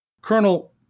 Colonel